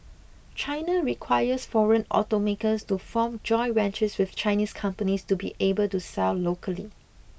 China requires foreign automakers to form joint ventures with Chinese companies to be able to sell locally